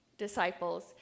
disciples